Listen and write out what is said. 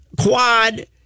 quad